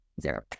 zero